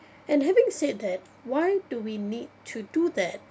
and having said that why do we need to do that